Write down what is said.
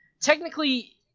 technically